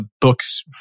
books